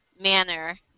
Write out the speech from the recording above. manner